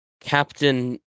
Captain